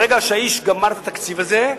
ברגע שהאיש גמר את התקציב הזה,